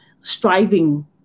striving